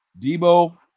Debo